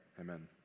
amen